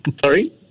Sorry